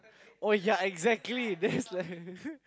oh ya exactly that's like